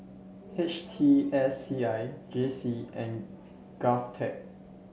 H T S C I J C and Govtech